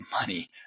money